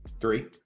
Three